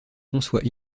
conçoit